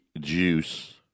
juice